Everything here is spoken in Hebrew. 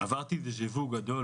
עברתי דה-ז'ה-וו גדול